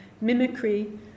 mimicry